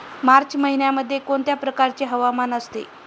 मार्च महिन्यामध्ये कोणत्या प्रकारचे हवामान असते?